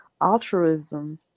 altruism